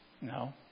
No